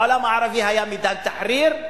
בעולם הערבי היה מידאן אל-תחריר,